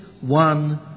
one